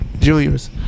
Junior's